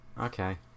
Okay